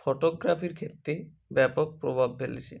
ফটোগ্রাফির ক্ষেত্রে ব্যাপক প্রভাব ফেলেছে